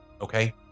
okay